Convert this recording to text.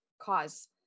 cause